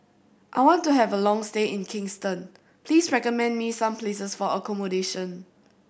I want to have a long stay in Kingston please recommend me some places for accommodation